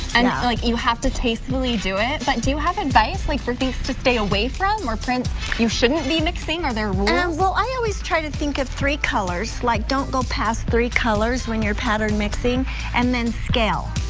and like you have to tastefully do it, but do you have advice like for things to stay away from or prints you shouldn't be mixing, are there rules. i always try to think of three colors, like don't go past three colors when you are pattern mixing and then scale.